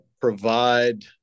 provide